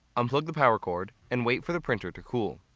unplug the power cord and wait for the printer to cool.